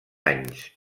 anys